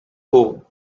home